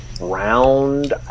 round